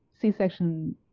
C-section